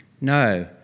No